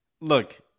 look